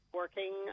working